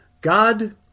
God